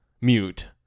mute